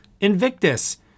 Invictus